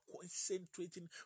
concentrating